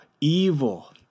Evil